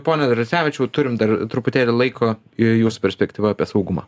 pone tracevičiau turim dar truputėlį laiko ir jūsų perspektyva apie saugumą